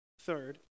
Third